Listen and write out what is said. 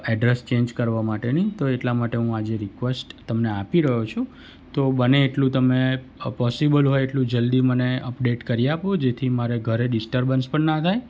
address change કરવા માટેની તો એટલા માટે હું આજે રિકવેસ્ટ તમને આપી રહ્યો છું તો બને એટલું તમે પોસિબલ હોય એટલું જલ્દી મને અપડેટ કરી આપો જેથી મારે ઘરે ડિસ્ટરબન્સ પણ ના થાય